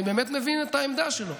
אני באמת מבין את העמדה שלו.